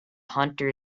hunter